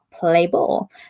Playball